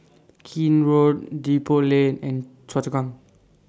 Keene Road Depot Lane and Choa Chu Kang